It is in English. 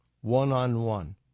one-on-one